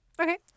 Okay